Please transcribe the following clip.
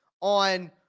on